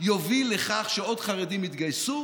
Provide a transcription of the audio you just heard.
יוביל לכך שעוד חרדים יתגייסו